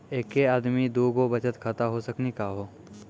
एके आदमी के दू गो बचत खाता हो सकनी का हो?